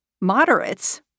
Moderates